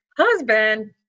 husband